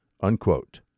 Unquote